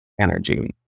energy